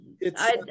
it's-